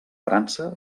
frança